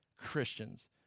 Christians